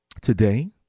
Today